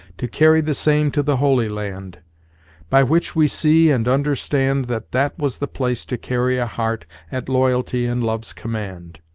to carry the same to the holy land by which we see and understand that that was the place to carry a heart at loyalty and love's command,